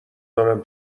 دارم